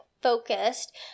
focused